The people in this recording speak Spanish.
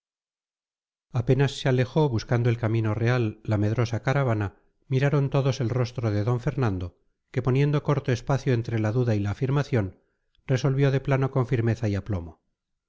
apenas se alejó buscando el camino real la medrosa caravana miraron todos el rostro de d fernando que poniendo corto espacio entre la duda y la afirmación resolvió de plano con firmeza y aplomo